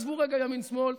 עזבו רגע ימין שמאל,